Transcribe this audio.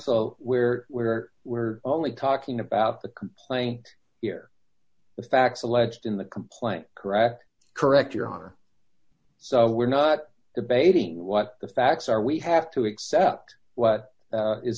so we're we're we're only talking about the complaint here the facts alleged in the complaint correct correct your honor so we're not debating what the facts are we have to accept what